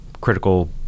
critical